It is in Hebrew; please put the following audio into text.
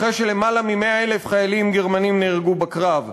אחרי שלמעלה מ-100,000 חיילים גרמנים נהרגו בקרב,